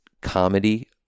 comedy